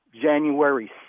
January